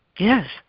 Yes